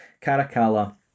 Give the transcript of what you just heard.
Caracalla